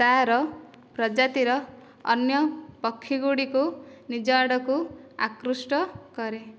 ତାର ପ୍ରଜାତିର ଅନ୍ୟ ପକ୍ଷୀଗୁଡ଼ିକୁ ନିଜ ଆଡ଼କୁ ଆକୃଷ୍ଟ କରେ